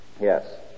Yes